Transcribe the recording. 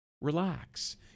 relax